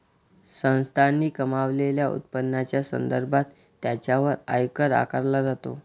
संस्थांनी कमावलेल्या उत्पन्नाच्या संदर्भात त्यांच्यावर आयकर आकारला जातो